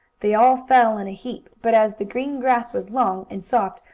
they all fell in a heap, but as the green grass was long, and soft,